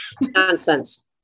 Nonsense